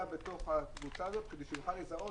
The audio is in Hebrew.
בתוך הקבוצה הזאת כדי שהוא יוכל לזהות,